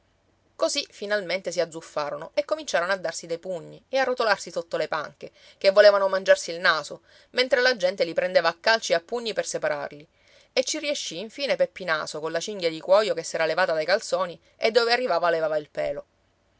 così finalmente si azzuffarono e cominciarono a darsi dei pugni e a rotolarsi sotto le panche che volevano mangiarsi il naso mentre la gente li prendeva a calci e a pugni per separarli e ci riescì infine peppi naso colla cinghia di cuoio che s'era levata dai calzoni e dove arrivava levava il pelo